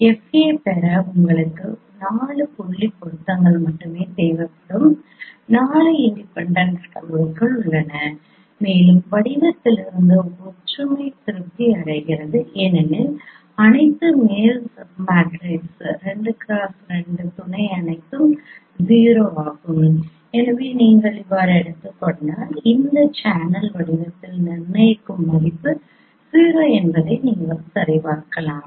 FA பெற உங்களுக்கு 4 புள்ளி பொருத்தங்கள் மட்டுமே தேவைப்படும் 4 இண்டிபெண்டெண்ட் அளவுருக்கள் உள்ளன மேலும் வடிவத்திலிருந்து ஒற்றுமை திருப்தி அடைகிறது ஏனெனில் அனைத்து மேல் சப் மேட்ரிக்ஸ் 2x2 துணை அனைத்தும் 0 ஆகும் எனவே நீங்கள் எடுத்துக்கொண்டால் இந்த சேனல் வடிவத்தில் நிர்ணயிக்கும் மதிப்பு 0 என்பதை நீங்கள் சரிபார்க்கலாம்